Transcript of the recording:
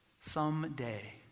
someday